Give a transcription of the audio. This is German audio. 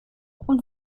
und